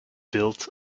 built